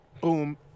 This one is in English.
boom